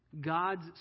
God's